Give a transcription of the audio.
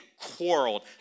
quarreled